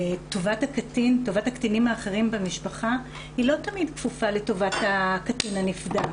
טובת הקטינים האחרים במשפחה לא תמיד כפופה לטובת הקטין הנפגע.